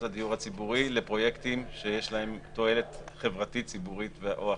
הדיור הציבורי לפרויקטים שיש להם תועלת חברתית ציבורית ו/או אחרת.